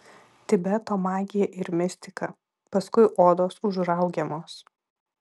tibeto magija ir mistika paskui odos užraugiamos